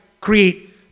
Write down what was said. create